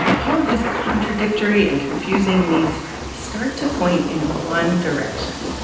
all of these contradictory and confusing leads start to point in one direction.